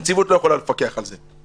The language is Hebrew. הנציבות לא יכולה לפקח על זה.